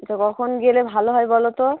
এটা কখন গেলে ভালো হয় বলো তো